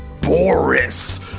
Boris